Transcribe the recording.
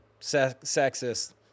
sexist